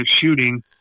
shooting